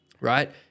right